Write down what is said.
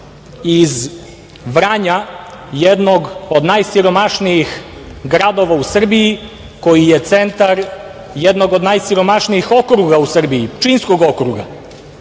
iz Vranja, jednog od najsiromašnijih gradova u Srbiji, koji je centar jednog od najsiromašnijih okruga u Srbiji - Pčinjskog okruga.